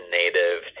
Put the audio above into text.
native